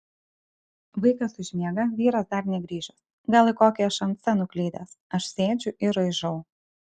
vaikas užmiega vyras dar negrįžęs gal į kokį šmc nuklydęs aš sėdžiu ir raižau